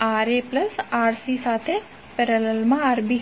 Ra Rc સાથે પેરેલલમા Rb હશે